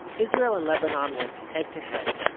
israel and lebanon went head to head,